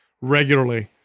regularly